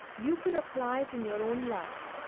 you could apply it in your own life,